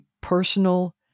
personal